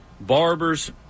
barbers